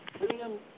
William